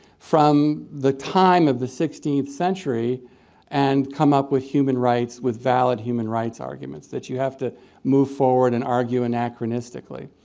from the time of the sixteenth century and come up with human rights, with valid human rights arguments, that you have to move forward and argue anachronistically.